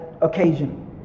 occasion